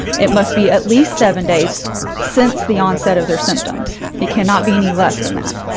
it must be at least seven days since the onset of their symptoms, it cannot be any less than that.